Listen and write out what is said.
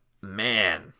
man